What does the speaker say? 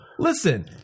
Listen